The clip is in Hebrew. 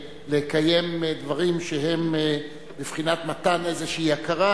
לקיים דברים שהם בבחינת מתן איזושהי הכרה,